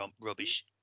rubbish